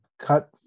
cut